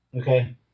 Okay